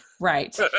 Right